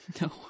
no